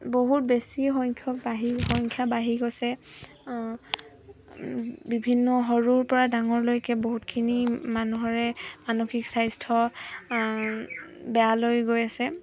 বহুত বেছি সংখ্যক বাঢ়ি সংখ্যা বাঢ়ি গৈছে বিভিন্ন সৰুৰ পৰা ডাঙৰলৈকে বহুতখিনি মানুহৰে মানসিক স্বাস্থ্য বেয়ালৈ গৈ আছে